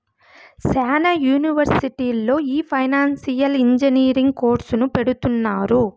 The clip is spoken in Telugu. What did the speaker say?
శ్యానా యూనివర్సిటీల్లో ఈ ఫైనాన్సియల్ ఇంజనీరింగ్ కోర్సును పెడుతున్నారు